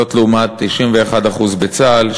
זאת לעומת 91% בצה"ל,